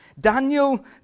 Daniel